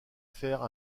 faire